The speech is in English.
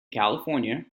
california